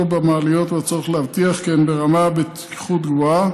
במעליות והצורך להבטיח כי הן ברמת בטיחות גבוהה,